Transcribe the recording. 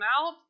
out